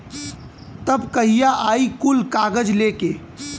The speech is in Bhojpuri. तब कहिया आई कुल कागज़ लेके?